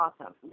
awesome